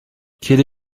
kiedy